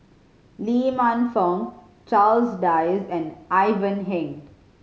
Lee Man Fong Charles Dyce and Ivan Heng